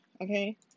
Okay